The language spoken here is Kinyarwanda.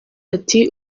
ati